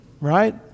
right